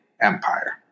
Empire